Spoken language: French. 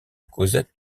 cosette